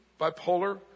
bipolar